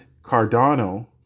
Cardano